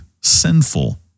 sinful